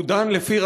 הוא דן רק לפי